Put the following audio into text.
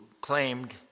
claimed